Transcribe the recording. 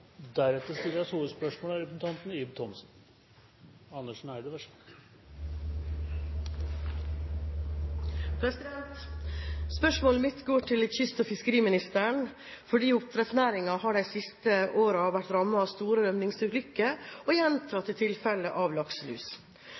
Spørsmålet mitt går til kyst- og fiskeriministeren. Oppdrettsnæringen har de siste årene vært rammet av store rømningsulykker og gjentatte tilfeller av lakselus.